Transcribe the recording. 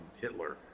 Hitler